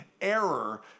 error